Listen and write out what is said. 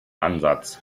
ansatz